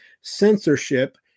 censorship